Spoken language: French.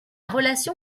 relation